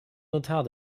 notar